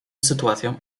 sytuacją